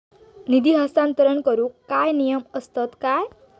निधी हस्तांतरण करूक काय नियम असतत काय?